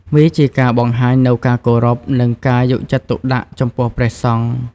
វាជាការបង្ហាញនូវការគោរព និងការយកចិត្តទុកដាក់ចំពោះព្រះសង្ឃ។